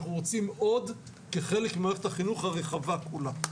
אנחנו רוצים עוד, כחלק ממערכת החינוך הרחבה כולה.